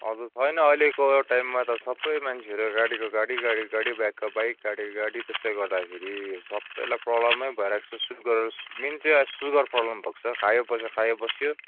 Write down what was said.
हजुर होइन अहिलेको टाइममा त छ सबै मान्छेहरू गाडीको गाडी गाडीको गाडी बाइकको बाइक गाडीको गाडी त्यसले गर्दाखेरि सबैलाई प्रब्लमै भइरहेको छ सुगर मेन चाहिँ अहिले सुगर प्रोब्लम भएको छ खायो बस्यो खायो बस्यो